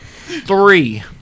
Three